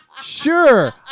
Sure